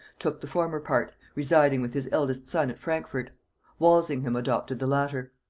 took the former part, residing with his eldest son at frankfort walsingham adopted the latter.